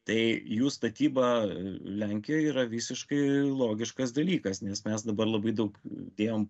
tai jų statyba lenkijoj yra visiškai logiškas dalykas nes mes dabar labai daug dėjom